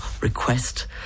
request